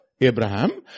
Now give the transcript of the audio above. Abraham